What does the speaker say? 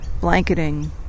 blanketing